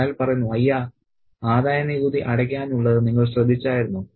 അയാൾ പറയുന്നു അയ്യ ആദായനികുതി അടയ്ക്കാനുള്ളത് നിങ്ങൾ ശ്രദ്ധിച്ചായിരുന്നോ